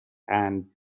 and